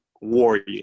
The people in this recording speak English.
warrior